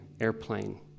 airplane